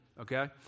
okay